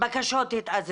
בקשות התאזרחות.